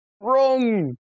wrong